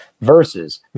versus